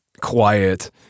quiet